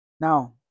Now